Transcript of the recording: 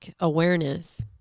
Awareness